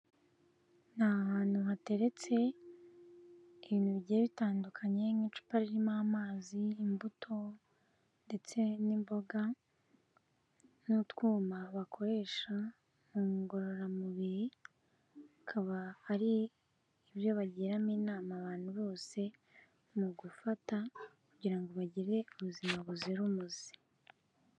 Ni hantu hateretse ibintu bigiye bitandukanye nk'icupa ririmo amazi, imbuto ndetse n'imboga n'utwuma bakoresha mu ngororamubirikaba akaba ari ibyo bagiramo inama abantu bose mu gufata kugira ngo bagire ubuzima buzira umuze.